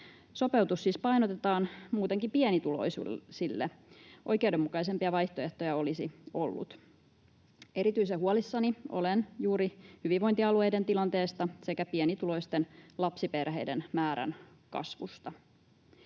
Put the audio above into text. Sopeutus siis painotetaan muutenkin pienituloisille, vaikka oikeudenmukaisempia vaihtoehtoja olisi ollut. Erityisen huolissani olen juuri hyvinvointialueiden tilanteesta sekä pienituloisten lapsiperheiden määrän kasvusta.